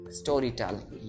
storytelling